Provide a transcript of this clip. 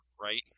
right